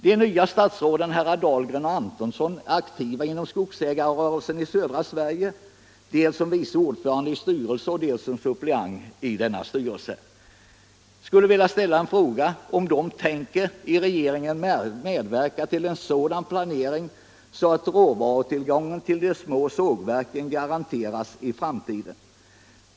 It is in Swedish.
De nya statsråden herrar Dahlgren och Antonsson är aktiva inom skogsägarrörelsen i södra Sverige som vice ordförande i styrelsen och som suppleant i denna styrelse. Jag skulle vilja fråga om de i regeringen tänker medverka till en sådan planering att råvarutillgången för de små sågverken garanteras i framtiden.